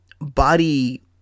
body